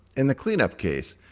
in the cleanup case,